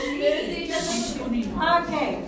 Okay